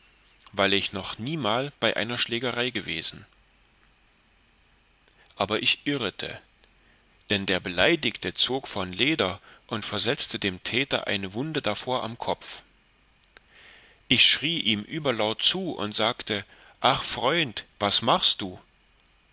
weil ich noch niemal bei keiner schlägerei gewesen aber ich irrete dann der beleidigte zog von leder und versetzte dem täter eine wunde davor an kopf ich schrie ihm überlaut zu und sagte ach freund was machst du